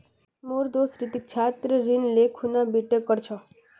मोर दोस्त रितिक छात्र ऋण ले खूना बीटेक कर छ